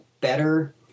better